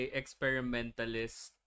experimentalist